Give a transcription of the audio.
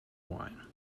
wine